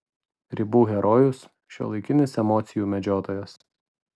ribų herojus šiuolaikinis emocijų medžiotojas